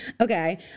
Okay